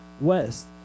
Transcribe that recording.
west